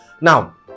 now